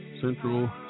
Central